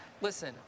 Listen